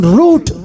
root